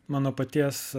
mano paties